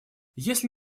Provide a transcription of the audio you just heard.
если